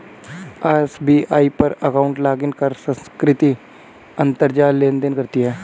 SBI पर account login कर सुकृति अंतरजाल लेनदेन करती है